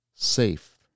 Safe